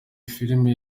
filimi